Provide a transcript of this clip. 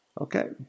Okay